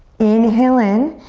inhale in.